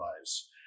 lives